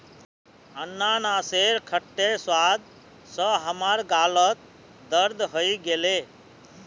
अनन्नासेर खट्टे स्वाद स हमार गालत दर्द हइ गेले